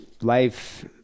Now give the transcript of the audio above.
life